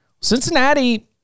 Cincinnati